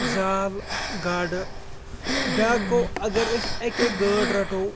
زال گاڈٕ بیٛاکھ گوٚو اَگر أسۍ اَکہِ اَکہِ گٲڈ رَٹو